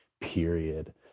period